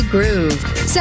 Groove